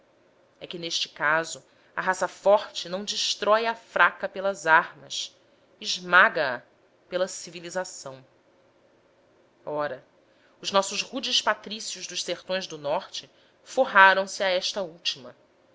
é que neste caso a raça forte não destrói a fraca pelas armas esmaga a pela civilização ora os nossos rudes patrícios dos sertões do norte forraram se a esta última